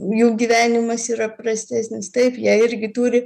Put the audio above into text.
jų gyvenimas yra prastesnis taip jie irgi turi